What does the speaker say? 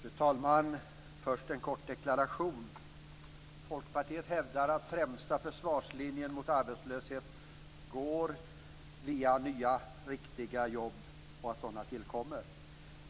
Fru talman! Först en kort deklaration. Folkpartiet hävdar att främsta försvarslinjen mot arbetslöshet går via nya riktiga jobb och genom att sådana tillkommer.